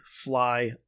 fly